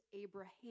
Abraham